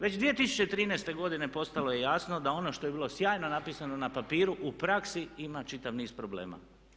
Već 2013. postalo je jasno da ono što je bilo sjajno napisano na papiru u praksi ima čitav niz problema.